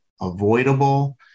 avoidable